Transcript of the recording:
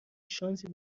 شانسی